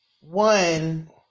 One